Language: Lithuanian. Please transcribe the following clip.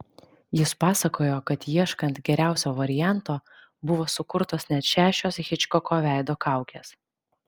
jis pasakojo kad ieškant geriausio varianto buvo sukurtos net šešios hičkoko veido kaukės